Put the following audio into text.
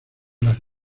las